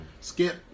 Skip